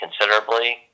considerably